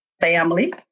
family